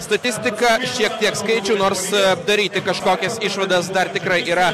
statistika šiek tiek skaičių nors daryti kažkokias išvadas dar tikrai yra